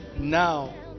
Now